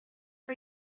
for